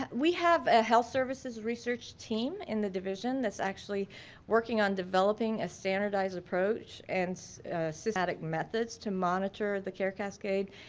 we have a health services research team in the division that's actually working on developing a standardized approach and systematic methods to monitor the care cascade.